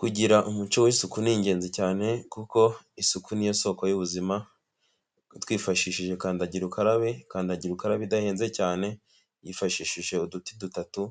Kugira umuco w'isuku ni ingenzi cyane kuko isuku ni yo soko y'ubuzima twifashishije kandagira ukarabe, kandagira ukaraba idahenze cyane yifashishije uduti dutatu,